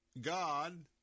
God